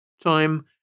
Time